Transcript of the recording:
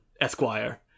Esquire